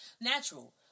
Natural